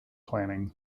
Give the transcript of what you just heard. planning